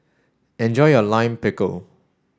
enjoy your Lime Pickle